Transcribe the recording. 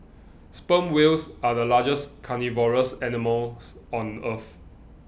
sperm whales are the largest carnivorous animals on earth